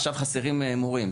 עכשיו חסרים מורים,